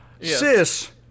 Sis